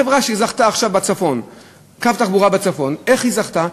חברה שזכתה עכשיו בקו תחבורה בצפון, איך היא זכתה?